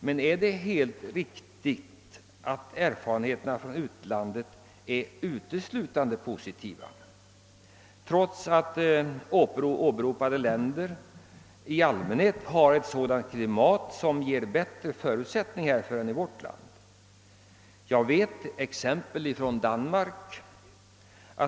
Men är det helt riktigt att erfarenheterna från utlandet är uteslutande positiva, även om de åberopade länderna i allmänhet har ett klimat som ger bättre förutsättningar än vi har i vårt land? Jag har exempel från Danmark.